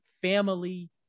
family